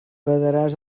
badaràs